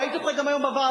ראיתי אותך גם היום בוועדה.